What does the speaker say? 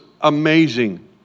amazing